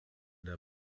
der